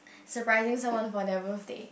surprising someone for their birthday